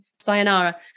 Sayonara